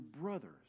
brothers